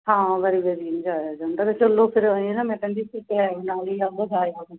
ਹਾਂ ਵਾਰ ਵਾਰ ਨਹੀਂ ਜਾਇਆ ਜਾਂਦਾ ਫਿਰ ਚਲੋ ਫਿਰ ਅਸੀਂ ਨਾ ਮੈਂ ਕਹਿੰਦੀ ਸੀ ਕਿ ਟਾਈਮ ਨਾਲ ਹੀ ਆਪਾਂ ਜਾ ਆਉਂਦੇ